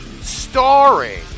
Starring